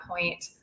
point